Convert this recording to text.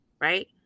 Right